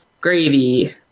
gravy